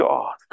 God